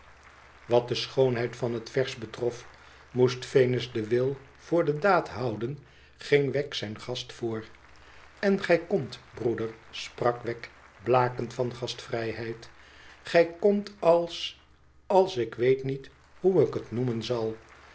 wat de schoonheid van het vers betrof moest venus den wil voor de daad houden ging wegg zijn gast voor ën gij komt broeder sprak wegg blakend van gastvrijheid j komt als als ik weet niet hoe ik het noemen zal